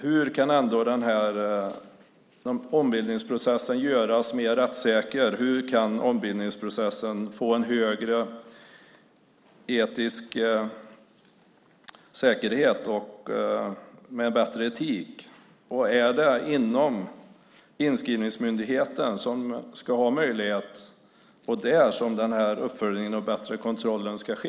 Hur kan den här ombildningsprocessen göras mer rättssäker? Hur kan ombildningsprocessen få en högre etisk säkerhet med en bättre etik? Och är det inom inskrivningsmyndigheten som den här uppföljningen och bättre kontrollen ska ske?